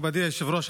מכובדי היושב-ראש,